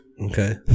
Okay